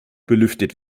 belüftet